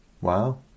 Wow